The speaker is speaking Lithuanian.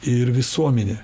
ir visuomenė